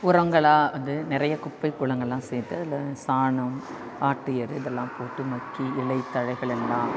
உரங்களாக வந்து நிறைய குப்பைக்கூளங்களெலாம் சேர்த்து அதில் சாணம் ஆட்டு எரு இதெல்லாம் போட்டு மக்கி இலைதழைகளெல்லாம்